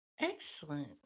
excellent